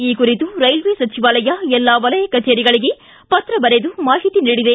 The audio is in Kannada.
ಈ ಕುರಿತು ರೈಲ್ವೆ ಸಚಿವಾಲಯ ಎಲ್ಲಾ ವಲಯ ಕಚೇರಿಗಳಿಗೆ ಪತ್ರ ಬರೆದು ಮಾಹಿತಿ ನೀಡಿದೆ